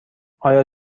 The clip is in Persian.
آیا